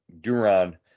Duran